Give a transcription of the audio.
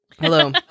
Hello